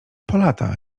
polata